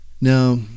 Now